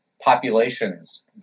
populations